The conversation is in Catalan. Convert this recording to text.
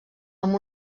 amb